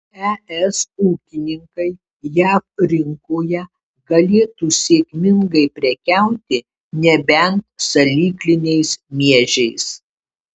es ūkininkai jav rinkoje galėtų sėkmingai prekiauti nebent salykliniais miežiais